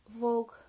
Vogue